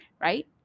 right